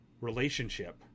relationship